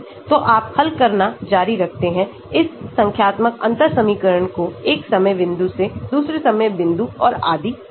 तो आपहल करना जारी रखते हैं इस संख्यात्मक अंतर समीकरण को एक समय बिंदु से दूसरे समय बिंदु और आदि तक